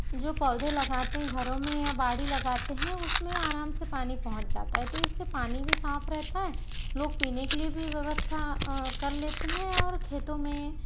जो पौधे लगाते हैं घरों में या बाड़ी लगाते हैं उसमें आराम से पानी पहुँच जाता हैं तो इससे पानी भी साफ़ रहता हैं लोग पीने के लिए भी व्यवस्था कर लेते हैं और खेतों में